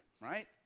right